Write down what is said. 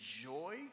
joy